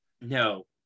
No